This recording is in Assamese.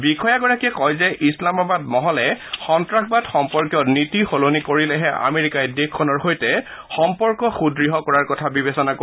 বিষয়াগৰাকীয়ে কয় যে ইছলামাবাদ মহলে সন্নাসবাদ সম্পৰ্কীয় নীতি সলনি কৰিলেহে আমেৰিকাই দেশখনৰ সৈতে সম্পৰ্ক সুদ্য় কৰাৰ কথা বিবেচনা কৰিব